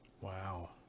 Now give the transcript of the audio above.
wow